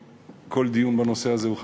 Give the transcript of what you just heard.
כל דיון בנושא הזה הוא חשוב,